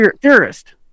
Theorist